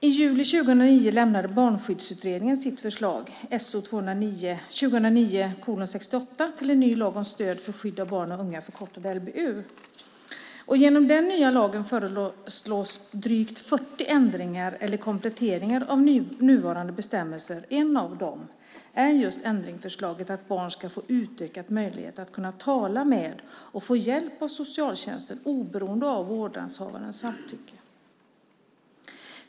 I juli 2009 lämnade Barnskyddsutredningen sitt förslag, SOU 2009:68, till en ny lag om stöd för skydd av barn och unga, förkortad LVU. Genom den nya lagen föreslås drygt 40 ändringar eller kompletteringar av nuvarande bestämmelser. En av dem är just ändringsförslaget att barn ska få utökad möjlighet att tala med och få hjälp av socialtjänsten oberoende av vårdnadshavarens samtycke.